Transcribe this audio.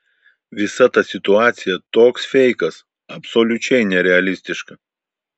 visa ta situacija toks feikas absoliučiai nerealistiška